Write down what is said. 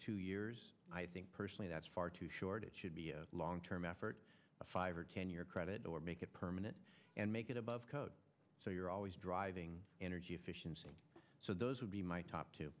two years i think personally that's far too short it should be a long term effort a five or ten year credit or make it permanent and make it above code so you're always driving energy efficiency so those would be my top t